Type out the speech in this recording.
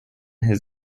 his